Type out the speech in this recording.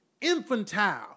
infantile